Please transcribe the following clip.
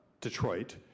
Detroit